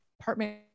apartment